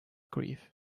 grief